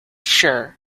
sure